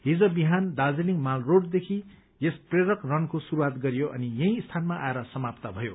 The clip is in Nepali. हिज बिहान दार्जीलिङ माल रोडदेखि यस प्रेरक रनको शुरूवात गरियो अनि यही स्थानमा आएर समाप्त भयो